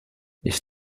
ich